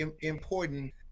important